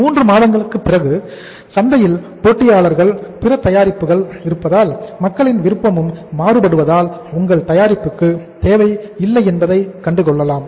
மூன்று மாதங்களுக்குப் பிறகு சந்தையில் போட்டியாளர்கள் பிற தயாரிப்புகள் இருப்பதால் மக்களின் விருப்பமும் மாறுபடுவதால் உங்கள் தயாரிப்புக்கு தேவைகள் இல்லை என்பதை கண்டு கொள்ளலாம்